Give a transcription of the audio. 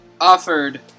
offered